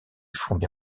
fourmis